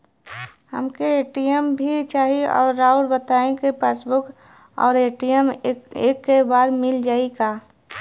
हमके ए.टी.एम भी चाही राउर बताई का पासबुक और ए.टी.एम एके बार में मील जाई का?